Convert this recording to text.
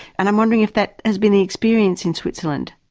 and i'm wondering if that has been the experience in switzerland.